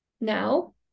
now